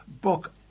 book